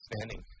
standing